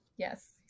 Yes